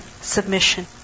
submission